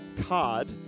card